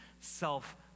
self